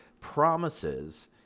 promises